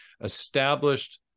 established